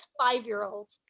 five-year-old